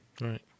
Right